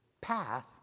path